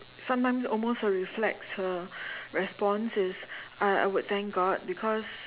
sometimes almost a reflex uh response is I I would thank god because